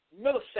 milliseconds